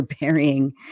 burying